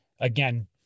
again